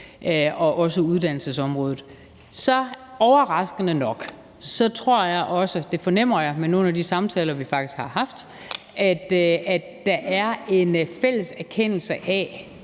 og også uddannelsesområdet, tror jeg overraskende nok, det fornemmer jeg ud fra nogle af de samtaler, vi faktisk har haft, at der er en fælles erkendelse af,